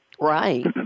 right